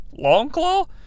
Longclaw